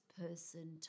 person